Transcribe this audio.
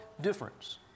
difference